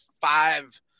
five